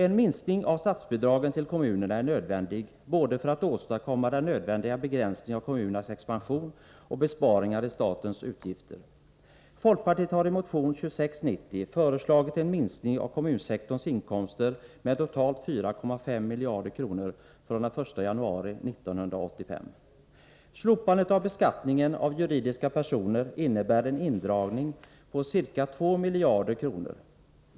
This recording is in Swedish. En minskning av statsbidragen till kommunerna är nödvändig för att åstadkomma både den nödvändiga begränsningen av kommunernas expansion och besparingar i statens utgifter. Folkpartiet har i motion 2690 föreslagit en minskning av kommunsektorns inkomster med totalt 4,5 miljarder kronor från den 1 januari 1985. Slopandet av beskattningen av juridiska personer innebär en indragning på ca 2 miljarder kronor.